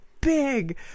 big